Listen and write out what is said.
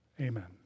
Amen